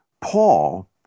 Paul